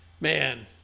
man